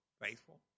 faithful